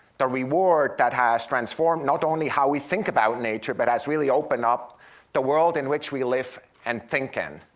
the reward that has transformed not only how we think about nature, but has really opened up the world in which we live and think in.